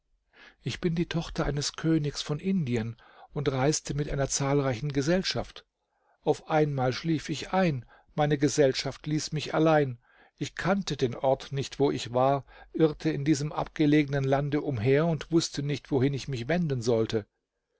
ich bin die tochter eines königs von indien und reiste mit einer zahlreichen gesellschaft auf einmal schlief ich ein meine gesellschaft ließ mich allein ich kannte den ort nicht wo ich war irrte in diesem abgelegenen lande umher und wußte nicht wohin ich mich wenden sollte